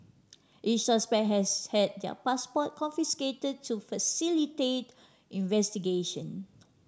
each suspect has had their passport confiscated to facilitate investigation